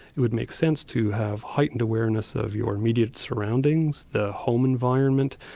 it would make sense to have heightened awareness of your immediate surroundings, the home environment,